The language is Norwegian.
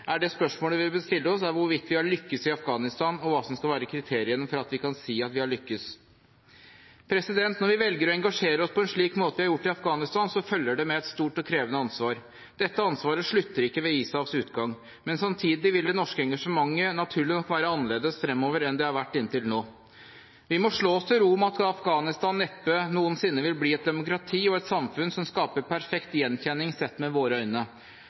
evalueringen, er spørsmålet vi bør stille oss hvorvidt vi har lyktes i Afghanistan, og hva som skal være kriteriene for at vi kan si at vi har lyktes. Når vi velger å engasjere oss på en slik måte som vi har gjort i Afghanistan, følger det med et stort og krevende ansvar. Dette ansvaret slutter ikke ved ISAFs utgang, men samtidig vil det norske engasjementet naturlig nok være annerledes fremover enn det har vært inntil nå. Vi må slå oss til ro med at Afghanistan neppe noensinne vil bli et demokrati og et samfunn som skaper perfekt gjenkjenning sett med våre øyne.